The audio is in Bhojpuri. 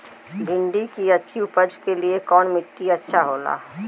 भिंडी की अच्छी उपज के लिए कवन मिट्टी अच्छा होला?